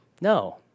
No